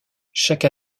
chaque